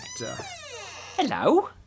Hello